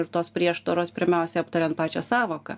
ir tos prieštaros pirmiausia aptariant pačią sąvoką